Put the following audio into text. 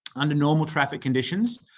under normal traffic conditions,